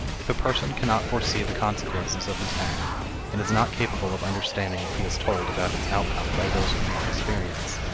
if a person cannot foresee the consequences of his act, and is not capable of understanding what he is told about its outcome by those with more experience,